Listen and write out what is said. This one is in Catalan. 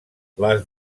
les